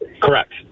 Correct